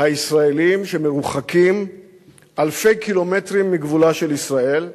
הישראליים שמרוחקים אלפי קילומטרים מגבולה של ישראל,